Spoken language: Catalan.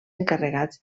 encarregats